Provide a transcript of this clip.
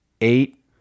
eight